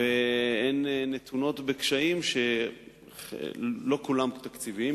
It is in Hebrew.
הן נתונות בקשיים שלא כולם תקציביים,